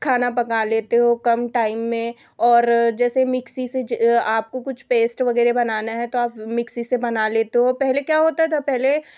खाना पका लेते हो कम टाइम में और जैसे मिक्सी से आपको कुछ पेस्ट वगैरह बनाना है तो आप मिक्सी से बना लेते हो पहले क्या होता था पहले